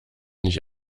nicht